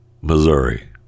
Missouri